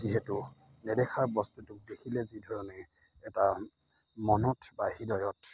যিহেতু নেদেখা বস্তুটোক দেখিলে যিধৰণে এটা মনত বা হৃদয়ত